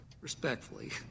respectfully